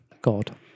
God